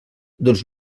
doncs